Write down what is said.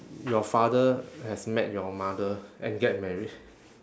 your father have met your mother and get married